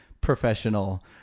professional